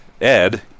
Ed